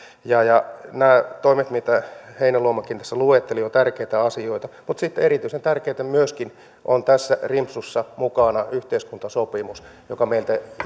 nämä toimet mitä heinäluomakin tässä luetteli ovat tärkeitä asioita mutta sitten erityisen tärkeä myöskin se on tässä rimpsussa mukana on yhteiskuntasopimus joka meiltä